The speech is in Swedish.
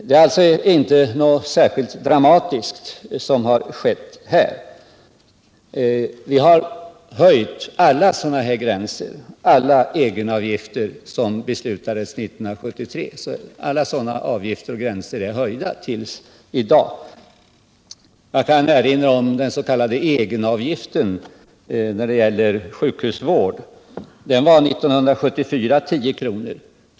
Det är alltså inte något särskilt dramatiskt som skett där. Vi har höjt alla gränser för egenavgifter som beslutades 1973. Jag kan erinra om den s.k. egenavgiften när det gäller sjukhusvård. Den var 10 kr. 1974.